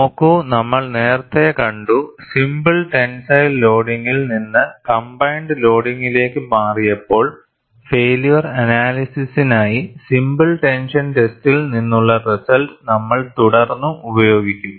നോക്കൂ നമ്മൾ നേരത്തെ കണ്ടു സിംപിൾ ടെൻസൈൽ ലോഡിംഗിൽ നിന്ന് കംബൈൻഡ് ലോഡിംഗിലേക്ക് മാറിയപ്പോൾ ഫൈയില്യർ അനാലിസിസ്നായി സിംപിൾ ടെൻഷൻ ടെസ്റ്റിൽ നിന്നുള്ള റിസൾട്ട് നമ്മൾ തുടർന്നും ഉപയോഗിക്കും